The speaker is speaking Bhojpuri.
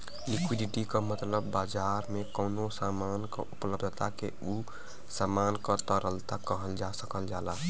लिक्विडिटी क मतलब बाजार में कउनो सामान क उपलब्धता के उ सामान क तरलता कहल जा सकल जाला